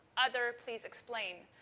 other, please explain.